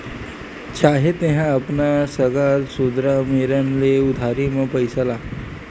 चाहे तेंहा अपन सगा सोदर मेरन ले उधारी म पइसा ला